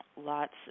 lots